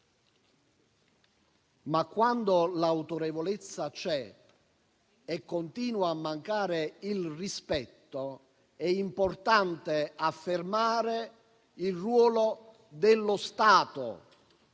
Quando però l'autorevolezza c'è e continua a mancare il rispetto, è importante affermare il ruolo dello Stato,